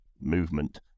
movement